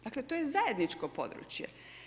Dakle, to je zajedničko područje.